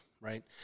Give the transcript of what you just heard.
right